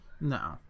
no